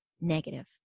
negative